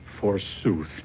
forsooth